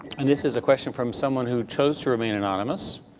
and this is a question from someone who chose to remain anonymous.